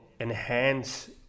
enhance